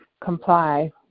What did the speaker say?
comply